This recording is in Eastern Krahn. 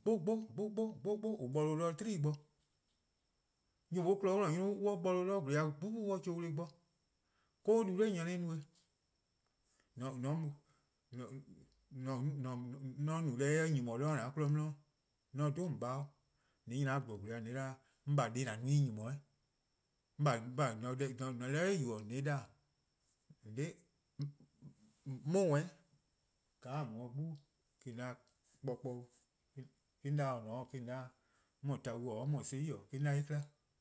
'gbo, gbo 'gbo, gbo, 'gbo, :an borlor-or 'do 'kpa ken, nyor+ :noo'-a borlor an-a 'nynor 'do gwlea' 'gbh, 'gbu an chehn-or wluh-bo. 'Koko'-bu 'da nyor 'bor eh no-a. :mor 'on no deh eh :nyne 'yi-dih 'de :an 'kmo di, :mor 'on 'dhu :on :baa', an :nyna 'o gwlor gwlea'-dih an 'da 'on :baa' deh :an no-a eh nyni-: 'yi. 'on :baa' :on se deh 'yi-dih yubo: an 'da-' 'o. :on 'da po 'o worn. :ka :a mu 'de 'gbu 'de :on 'da 'kpor kpor 'o, 'de 'on 'da :or :ne 'o :eh, 'de :on 'da, 'mor tawo or' 'mu sedi'.